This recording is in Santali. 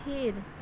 ᱛᱷᱤᱨ